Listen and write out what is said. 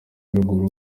ruguru